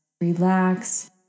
relax